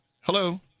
Hello